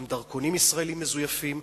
גם דרכונים ישראליים מזויפים,